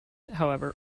however